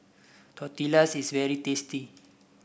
tortillas is very tasty